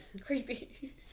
Creepy